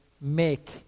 make